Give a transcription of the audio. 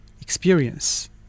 experience